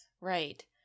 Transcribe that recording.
Right